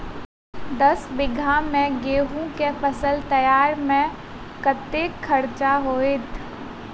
दस बीघा मे गेंहूँ केँ फसल तैयार मे कतेक खर्चा हेतइ?